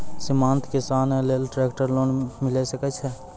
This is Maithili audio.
सीमांत किसान लेल ट्रेक्टर लोन मिलै सकय छै?